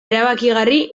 erabakigarri